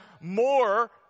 more